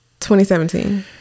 2017